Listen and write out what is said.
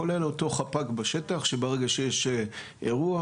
כולל אותו חפ"ק בשטח שברגע שיש אירוע